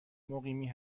مقیمی